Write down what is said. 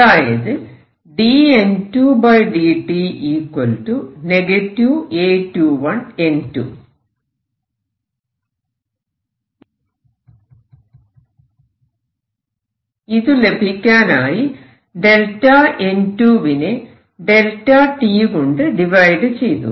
അതായത് ഇത് ലഭിക്കാനായി N2 വിനെ Δt കൊണ്ട് ഡിവൈഡ് ചെയ്തു